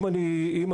אם אני טועה,